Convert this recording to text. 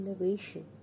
innovation